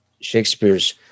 Shakespeare's